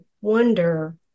wonder